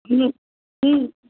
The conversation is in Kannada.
ಹ್ಞೂ ಹ್ಞೂ